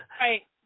Right